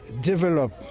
develop